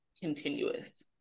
continuous